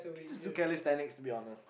just do calisthenics to be honest